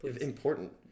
important